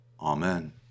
Amen